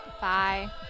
bye